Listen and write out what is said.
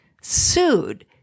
sued